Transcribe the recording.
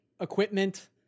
equipment